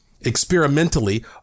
experimentally